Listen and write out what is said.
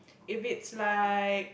if it's like